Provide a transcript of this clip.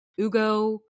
Ugo